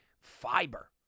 fiber